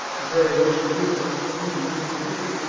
they wish to rule, you to be free,